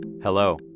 Hello